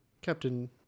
Captain